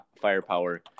firepower